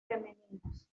femeninos